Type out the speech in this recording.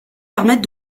permettent